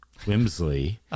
Whimsley